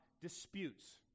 disputes